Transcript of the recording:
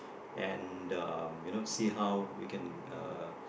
and um you know see how we can uh